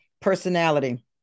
personality